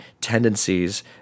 tendencies